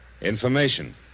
Information